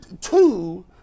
two